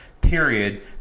period